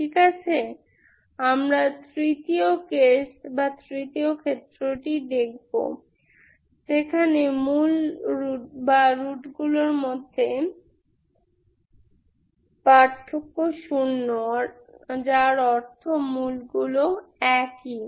ঠিক আছে আমরা তৃতীয় কেস তৃতীয় ক্ষেত্রটি দেখব যেখানে রুট গুলির মধ্যে পার্থক্য শূন্য যার অর্থ রুট গুলি একই